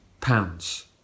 pounds